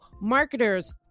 marketers